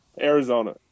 Arizona